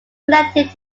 connected